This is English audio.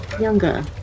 younger